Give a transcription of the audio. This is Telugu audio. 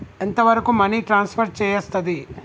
ఎంత వరకు మనీ ట్రాన్స్ఫర్ చేయస్తది?